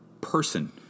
person